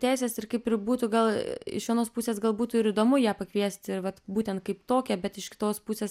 teisės ir kaip ir būtų gal iš vienos pusės gal būtų ir įdomu ją pakviesti ir vat būtent kaip tokią bet iš kitos pusės